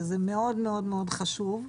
זה מאוד-מאוד חשוב.